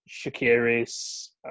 Shakiri's